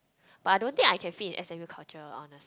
but I don't think I can fit in S_M_U culture honest